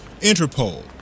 Interpol